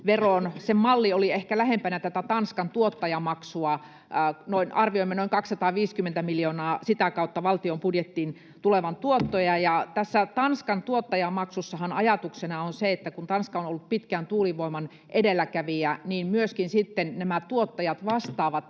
sen malli oli ehkä lähempänä tätä Tanskan tuottajamaksua. Arvioimme noin 250 miljoonaa sitä kautta valtion budjettiin tulevan tuottoja. Tässä Tanskan tuottajamaksussahan ajatuksena on se, että kun Tanska on ollut pitkään tuulivoiman edelläkävijä, niin myöskin sitten nämä tuottajat vastaavat